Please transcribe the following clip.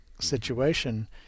situation